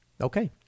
Okay